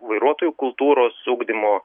vairuotojų kultūros ugdymo